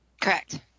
Correct